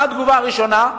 מה התגובה הראשונה?